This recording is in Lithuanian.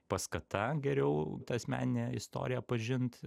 paskata geriau tą asmeninę istoriją pažint